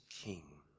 king